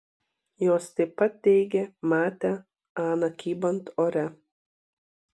jos taip pat teigė matę aną kybant ore